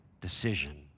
decision